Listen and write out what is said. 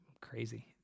crazy